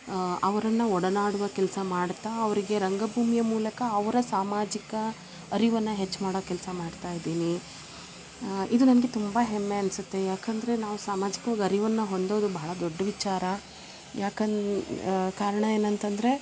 ಆ ಅವರನ್ನ ಒಡನಾಡುವ ಕೆಲಸ ಮಾಡ್ತಾ ಅವರಿಗೆ ರಂಗಭೂಮಿಯ ಮೂಲಕ ಅವರ ಸಾಮಾಜಿಕ ಅರಿವನ್ನ ಹೆಚ್ಚು ಮಾಡೋ ಕೆಲಸ ಮಾಡ್ತಾಯಿದ್ದೀನಿ ಇದು ನನಗೆ ತುಂಬಾ ಹೆಮ್ಮೆ ಅನ್ಸುತ್ತೆ ಯಾಕಂದರೆ ನಾವು ಸಾಮಾಜಿಕ್ವಾಗಿ ಅರಿವನ್ನ ಹೊಂದೋದು ಬಹಳ ದೊಡ್ಡ ವಿಚಾರ ಯಾಕನ್ ಕಾರಣ ಏನಂತಂದರೆ